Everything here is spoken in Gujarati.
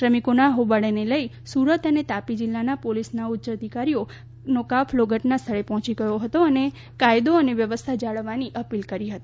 શ્રમિકો ના હોબાળા ને લઈ સુરત અને તાપી જિલ્લાના પોલીસ ના ઉચ્ય અધિકારીઓનો કાફલો ઘટના સ્થળે પહોચી ગયો અને કાયદો અને વ્યવસ્થા જાળવવાની અપીલ કરી હતી